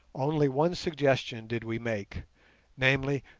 only one suggestion did we make namely,